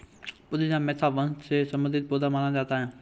पुदीना मेंथा वंश से संबंधित पौधा माना जाता है